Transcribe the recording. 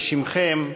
בשמכם,